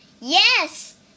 Yes